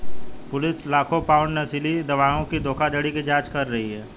police लाखों pound नशीली दवाओं की धोखाधड़ी की जांच कर रही है